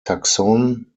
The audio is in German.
taxon